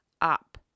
up